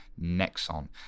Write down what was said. Nexon